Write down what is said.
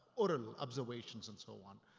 order-lo observations and so on.